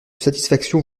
satisfaction